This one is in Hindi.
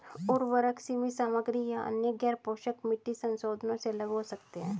उर्वरक सीमित सामग्री या अन्य गैरपोषक मिट्टी संशोधनों से अलग हो सकते हैं